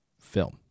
film